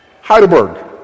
Heidelberg